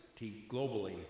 globally